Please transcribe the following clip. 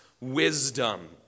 wisdom